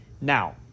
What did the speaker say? Now